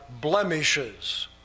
blemishes